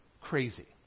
crazy